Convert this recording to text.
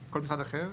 או כל משרד אחר,